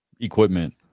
equipment